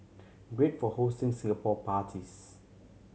great for hosting Singapore parties